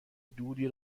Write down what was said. دودی